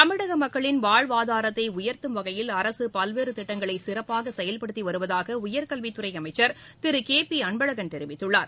தமிழக மக்களின் வாழ்வாதாரத்தை உயர்த்தும் வகையில் அரசு பல்வேறு திட்டங்களை சிறப்பாக செயல்படுத்தி வருவதாக உயர்கல்வித்துறை அமைச்சர் திரு கே பி அன்பழகன் தெரிவித்துள்ளார்